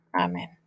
Amen